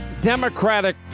Democratic